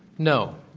no.